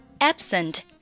Absent